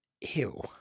Ew